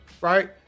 right